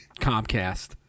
Comcast